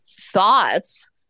thoughts